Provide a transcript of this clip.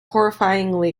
horrifyingly